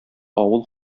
авыл